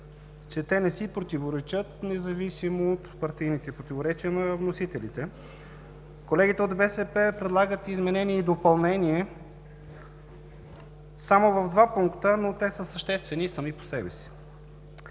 че те не си противоречат, независимо от партийните противоречия на вносителите. Колегите от БСП предлагат изменение и допълнение само в два пункта, но те са съществени сами по себе си.